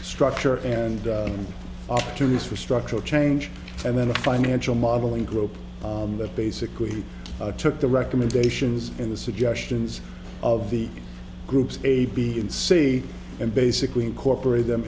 structure and opportunities for structural change and then a financial modeling group that basically took the recommendations in the suggestions of the groups a b and c and basically incorporate them